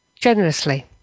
generously